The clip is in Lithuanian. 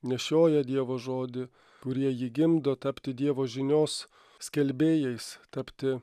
nešioja dievo žodį kurie jį gimdo tapti dievo žinios skelbėjais tapti